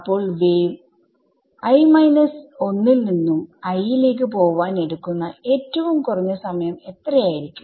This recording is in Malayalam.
അപ്പോൾ വേവ് ൽ നിന്നും i ലേക്ക് പോവാൻ എടുക്കുന്ന ഏറ്റവും കുറഞ്ഞ സമയം എത്രയായിരിക്കും